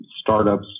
startups